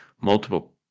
multiple